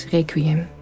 Requiem